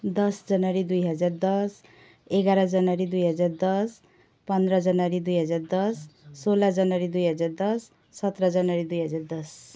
दस जनवरी दुई हजार दस एघार जनवरी दुई हजार दस पन्ध्र जनवरी दुई हजार दस सोह्र जनवरी दुई हजार दस सत्र जनवरी दुई हजार दस